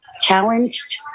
challenged